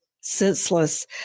senseless